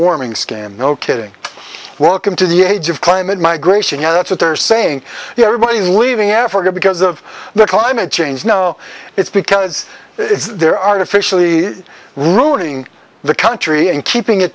warming scam no kidding welcome to the age of climate migration and that's what they're saying everybody leaving africa because of the climate change no it's because it's there artificially ruining the country and keeping it